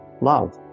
love